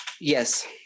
Yes